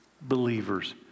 believers